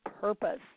purpose